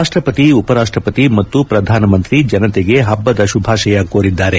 ರಾಷ್ಟಪತಿ ಉಪರಾಷ್ಟಪತಿ ಮತ್ತು ಪ್ರಧಾನಮಂತ್ರಿ ಜನತೆಗೆ ಹಬ್ಬದ ಶುಭಾಶಯ ಕೋರಿದ್ದಾರೆ